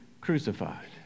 crucified